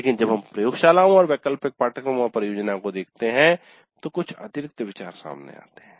लेकिन जब हम प्रयोगशालाओं और वैकल्पिक पाठ्यक्रमों और परियोजना को देखते हैं तो कुछ अतिरिक्त विचार सामने आते हैं